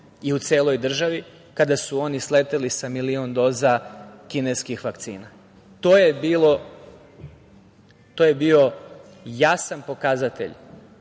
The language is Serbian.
i u celoj državi, kada su oni sleteli sa milion doza kineskih vakcina. To je bio jasan pokazatelj